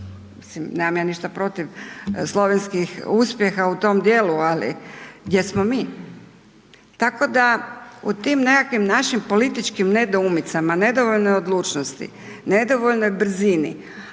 nemam ja ništa protiv slovenskih uspjeha u tom dijelu, ali gdje smo mi? Tako da u tim nekakvim našim političkim nedoumicama, nedovoljnoj odlučnosti, nedovoljnoj brzini,